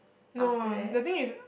no um the thing is